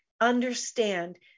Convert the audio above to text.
understand